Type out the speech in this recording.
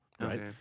Right